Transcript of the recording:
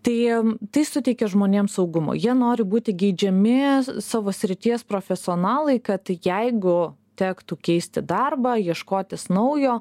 tai tai suteikia žmonėms saugumo jie nori būti geidžiami savo srities profesionalai kad jeigu tektų keisti darbą ieškotis naujo